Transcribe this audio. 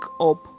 up